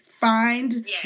Find